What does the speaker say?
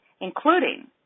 including